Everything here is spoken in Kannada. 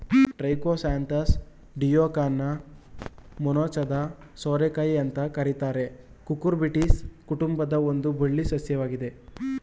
ಟ್ರೈಕೋಸಾಂಥೆಸ್ ಡಿಯೋಕಾನ ಮೊನಚಾದ ಸೋರೆಕಾಯಿ ಅಂತ ಕರೀತಾರೆ ಕುಕುರ್ಬಿಟೇಸಿ ಕುಟುಂಬದ ಒಂದು ಬಳ್ಳಿ ಸಸ್ಯವಾಗಿದೆ